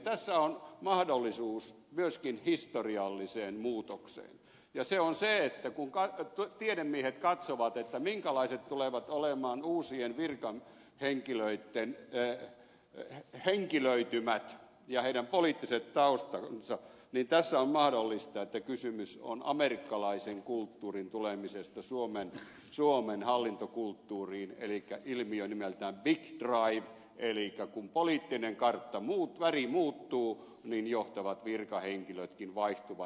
tässä on mahdollisuus myöskin historialliseen muutokseen ja se on se että kun tiedemiehet katsovat minkälaiset tulevat olemaan uusien virkahenkilöitten henkilöitymät ja heidän poliittiset taustansa niin tässä on mahdollista että kysymys on amerikkalaisen kulttuurin tulemisesta suomen hallintokulttuuriin elikkä ilmiö nimeltä big drive elikkä kun poliittisen kartan väri muuttuu niin johtavat virkahenkilötkin vaihtuvat